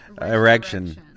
erection